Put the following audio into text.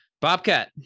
bobcat